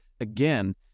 again